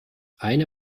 eine